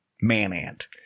Man-Ant